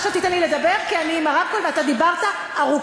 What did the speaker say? עכשיו תיתן לי לדבר כי אני עם הרמקול ואתה דיברת ארוכות.